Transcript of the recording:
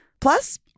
Plus